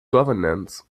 governance